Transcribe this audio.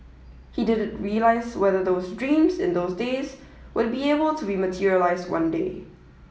he didn't realise whether those dreams in those days would be able to be materialised one day